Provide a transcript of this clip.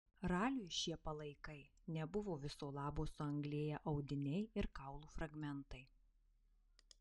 raliui šie palaikai nebuvo viso labo suanglėję audiniai ir kaulų fragmentai